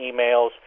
emails